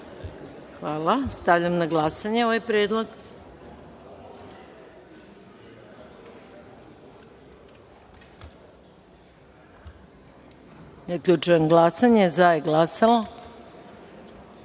Hvala. Stavljam na glasanje ovaj predlog. Zaključuje glasanje: za je glasalo